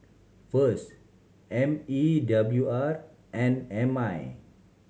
VS M E W R and M I